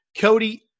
Cody